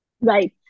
Right